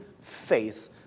faith